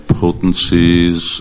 potencies